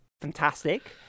Fantastic